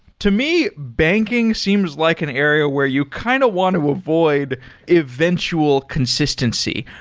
to me, banking seems like an area where you kind of want to avoid eventual consistency.